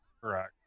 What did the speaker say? Correct